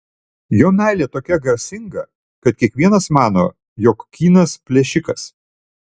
jo meilė tokia garsinga kad kiekvienas mano jog kynas plėšikas